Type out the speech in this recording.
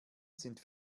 sind